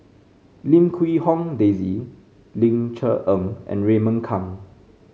Lim Quee Hong Daisy Ling Cher Eng and Raymond Kang